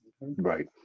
Right